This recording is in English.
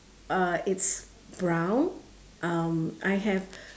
uh it's brown um I have